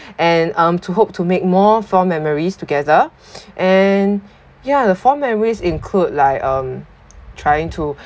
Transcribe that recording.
and um to hope to make more fond memories together and yeah the fond memories include like um trying to